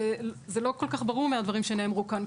זה לא כל כך ברור מהדברים שנאמרו כאן.